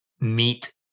meet